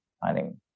finding